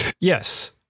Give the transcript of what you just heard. Yes